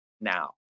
now